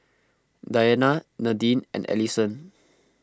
Diana Nadine and Ellison